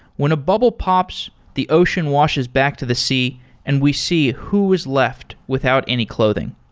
when a bubble pops, the ocean washes back to the sea and we see who's left without any clothing.